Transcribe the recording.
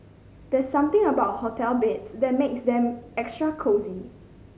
there's something about hotel beds that makes them extra cosy